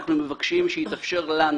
אנחנו מבקשים שיתאפשר לנו